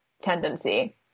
tendency